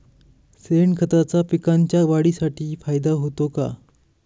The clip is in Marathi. शेणखताचा पिकांच्या वाढीसाठी फायदा होतो का?